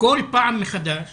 פעם מחדש